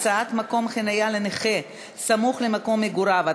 הקצאת מקום חניה לנכה סמוך למקום מגוריו),